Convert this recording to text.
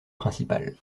principal